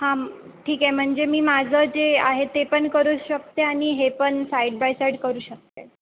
हां ठीक आहे म्हणजे मी माझं जे आहे ते पण करू शकते आणि हे पण साईड बाय साईड करू शकते